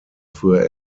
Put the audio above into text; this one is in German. für